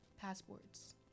passports